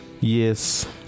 Yes